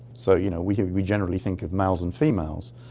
so you know we we generally think of males and females.